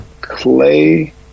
Clay